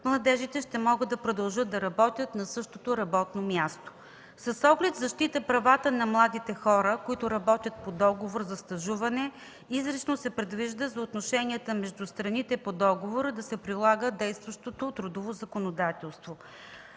младежите ще могат да продължат да работят на същото работно място. С оглед защита правата на младите хора, които работят по договор за стажуване, изрично се предвижда за отношенията между страните по договора да се прилага действащото трудово законодателство.